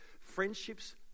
Friendships